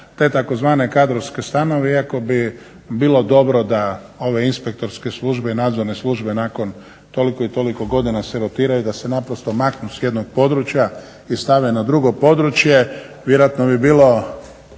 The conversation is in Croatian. te tzv. kadrovske stanove iako bi bilo dobro da ove inspektorske službe i nadzorne službe nakon toliko i toliko godina se rotiraju da se naprosto maknu s jednog područja i stave na drugo područje. Vjerojatno bi bilo